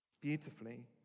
Beautifully